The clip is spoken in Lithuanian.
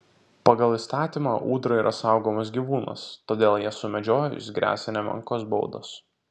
pagal įstatymą ūdra yra saugomas gyvūnas todėl ją sumedžiojus gresia nemenkos baudos